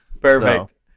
perfect